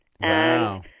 Wow